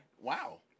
Wow